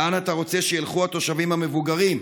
לאן אתה רוצה שילכו התושבים המבוגרים,